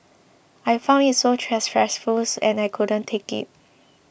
I found it so stressful and I couldn't take it